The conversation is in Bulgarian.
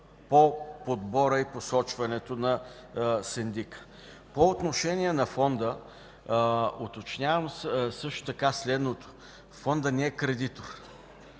по подбора и посочването на синдика. По отношение на Фонда, уточнявам също така следното. Фондът не е кредитор.